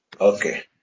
Okay